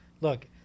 look